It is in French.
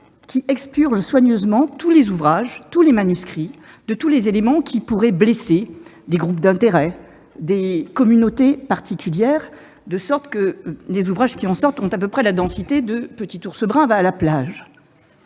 qui expurgent soigneusement tous les ouvrages, tous les manuscrits, de tous les éléments qui pourraient blesser des groupes d'intérêt, des communautés particulières, si bien que les ouvrages qui en sortent ont à peu près la densité de. Par ailleurs, depuis le 1